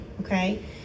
Okay